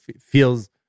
feels